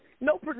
no